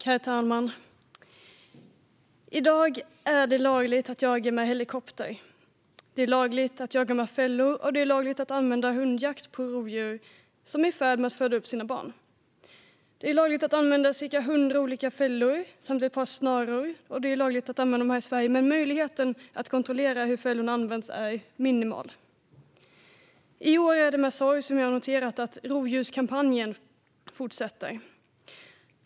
Herr talman! I dag är det lagligt att jaga med helikopter, det är lagligt att jaga med fällor och det är lagligt att använda hundjakt på rovdjur som är i färd med att föda upp sina barn. Det är lagligt att använda cirka hundra olika fällor samt ett par snaror i Sverige, men möjligheten att kontrollera hur fällorna används är minimal. I år är det med sorg som jag noterat att Rovdjurskampanjen fortsätter.